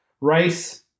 Rice –